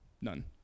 None